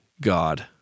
God